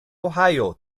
ohio